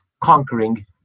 conquering